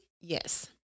Yes